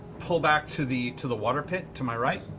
pull back to the to the water pit to my right.